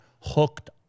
hooked